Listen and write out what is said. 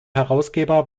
herausgeber